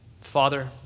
Father